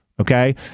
okay